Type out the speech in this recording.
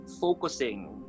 focusing